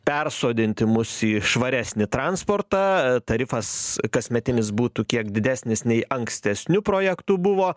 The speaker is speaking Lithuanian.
persodinti mus į švaresnį transportą tarifas kasmetinis būtų kiek didesnis nei ankstesniu projektu buvo